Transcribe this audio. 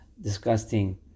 disgusting